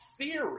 theory